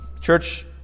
Church